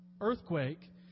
earthquake